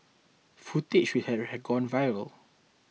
footage which had gone viral